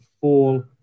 fall